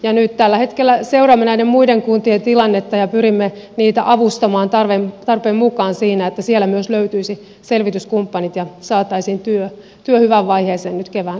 nyt tällä hetkellä seuraamme näiden muiden kuntien tilannetta ja pyrimme niitä avustamaan tarpeen mukaan siinä että myös siellä löytyisi selvityskumppanit ja saataisiin työ hyvään vaiheeseen nyt kevään aikana